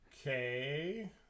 Okay